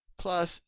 plus